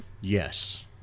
Yes